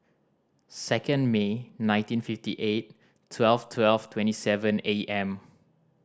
second May nineteen fifty eight twelve twelve twenty seven A M